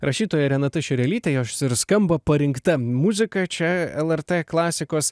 rašytoja renata šerelyte jos ir skamba parinkta muzika čia lrt klasikos